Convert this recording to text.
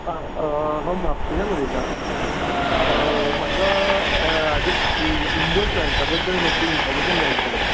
आं हांव म्हापशेंच्यान उलयता म्हाका हाचें इंडोर प्लाण्टसा बद्दल मातशी इनफोर्मेशन जाय आशिल्ली